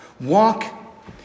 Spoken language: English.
Walk